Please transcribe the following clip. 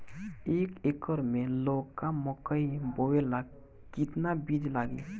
एक एकर मे लौका मकई बोवे ला कितना बिज लागी?